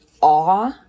awe